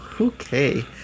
Okay